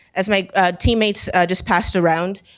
as my teammates just passed around.